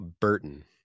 Burton